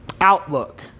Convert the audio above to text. outlook